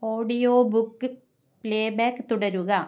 audio book playback തുടരുക